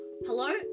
Hello